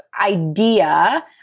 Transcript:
idea